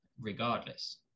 regardless